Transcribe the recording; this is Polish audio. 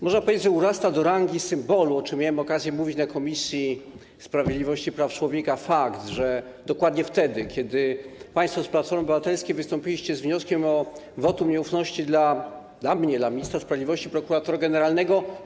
Można powiedzieć, że urasta do rangi symbolu, o czym miałem okazję mówić na posiedzeniu Komisji Sprawiedliwości i Praw Człowieka, fakt, że dokładnie wtedy, kiedy państwo z Platformy Obywatelskiej wystąpiliście z wnioskiem o wotum nieufności dla mnie, ministra sprawiedliwości, prokuratora generalnego.